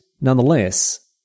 nonetheless